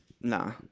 Nah